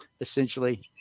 essentially